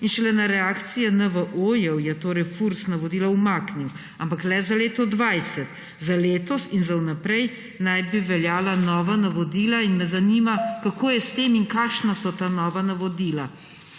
in šele na reakcijo NVO-jev je torej Furs navodilo umaknil, ampak le za leto 2020. Za letos in za naprej naj bi veljala nova navodila. Zanima me: Kako je s tem in kakšna so ta nova navodila?